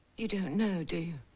you don't know do you?